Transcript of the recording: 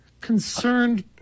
Concerned